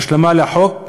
כהשלמה לחוק,